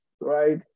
right